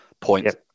Point